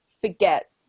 forget